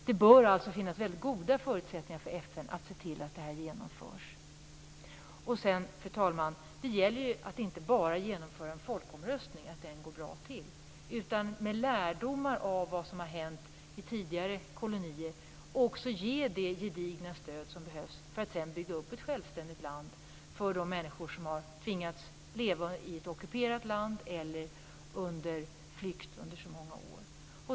Det bör alltså finnas väldigt goda förutsättningar för FN att se till att det här genomförs. Vidare, fru talman, gäller det inte bara att genomföra en folkomröstning och att se till att den går bra till. Det gäller också att med lärdomar som man har från tidigare kolonier ge det gedigna stöd som behövs för att bygga upp ett självständigt land för människor som har tvingats leva i ett ockuperat land eller på flykt under så många år.